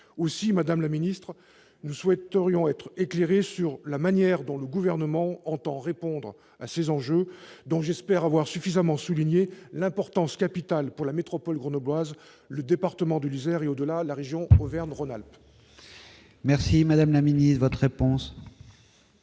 Aussi, madame la ministre, nous souhaiterions être éclairés sur la manière dont le Gouvernement entend répondre à ces enjeux dont j'espère avoir suffisamment souligné l'importance capitale pour la métropole grenobloise, le département de l'Isère et, au-delà, la région Auvergne-Rhône-Alpes. La parole est à Mme la ministre. S'il est